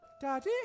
Daddy